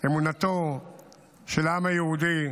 אמונתו של העם היהודי,